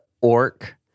orc